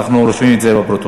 אנחנו רושמים את זה בפרוטוקול.